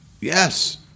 Yes